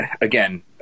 again